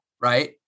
right